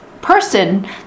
person